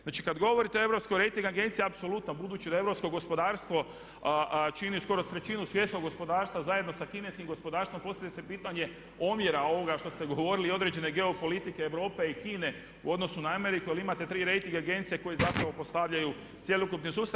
Znači kada govorite o Europskoj rejting agenciji, apsolutno, budući da europsko gospodarstvo čini skoro trećinu svjetskog gospodarstva zajedno sa kineskim gospodarstvom postavlja se pitanje omjera ovoga što ste govorili i određene geopolitike Europe i Kine u odnosu na Ameriku ali imate tri rejting agencije koje zapravo postavljaju cjelokupni sustav.